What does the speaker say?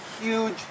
huge